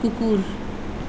कुकुर